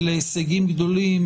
אלה הישגים גדולים.